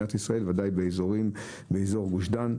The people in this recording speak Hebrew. במדינת ישראל, בוודאי באזור גוש דן.